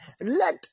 let